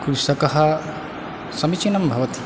कृषकः समीचीनं भवति